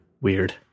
Weird